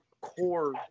core